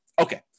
Okay